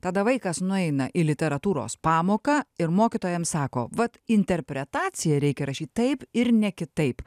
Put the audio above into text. tada vaikas nueina į literatūros pamoką ir mokytoja jam sako vat interpretaciją reikia rašyt taip ir ne kitaip